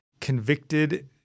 convicted